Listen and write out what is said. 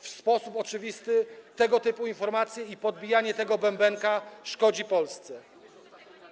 W sposób oczywisty tego typu informacje i podbijanie tego bębenka szkodzi Polsce.